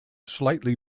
slightly